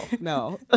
no